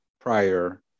prior